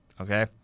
okay